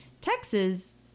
Texas